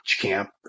camp